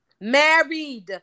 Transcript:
Married